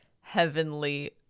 heavenly